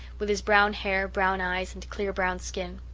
with his brown hair, brown eyes, and clear brown skin.